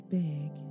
big